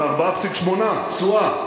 ב-4.8% תשואה.